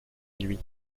nuit